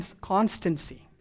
constancy